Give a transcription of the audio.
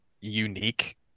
unique